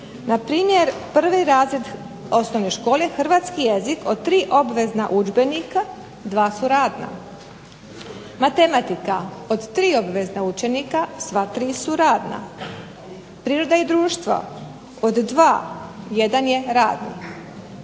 Na primjer, 1. razred osnovne škole Hrvatski jezik od tri obvezna udžbenika dva su radna. Matematika od 3 obvezna udžbenika sva tri su radna, priroda i društvo od 2 jedan je radni.